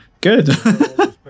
Good